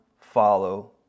follow